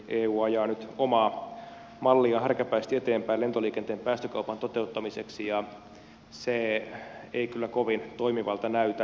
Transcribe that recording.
eu ajaa nyt omaa mallia härkäpäisesti eteenpäin lentoliikenteen päästökaupan toteuttamiseksi ja se ei kyllä kovin toimivalta näytä